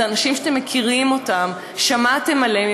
אלה אנשים שאתם מכירים אותם, שמעתם עליהם.